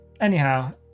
Anyhow